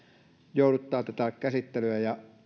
jouduttavat tätä käsittelyä ja